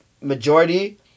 majority